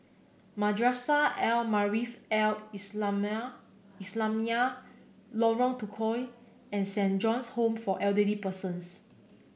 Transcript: Madrasah Al Maarif Al Islamiah Lorong Tukol and Saint John's Home for Elderly Persons